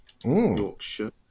Yorkshire